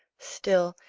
still,